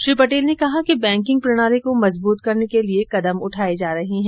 श्री पटेल ने कहा कि बैंकिंग प्रणाली को मजबूत करने के लिए कदम उठाए जा रहे हैं